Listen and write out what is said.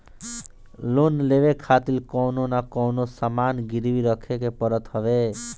loan लेवे खातिर कवनो न कवनो सामान गिरवी रखे के पड़त हवे